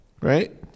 right